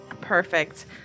Perfect